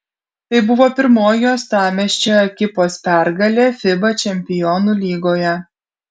tai buvo pirmoji uostamiesčio ekipos pergalė fiba čempionų lygoje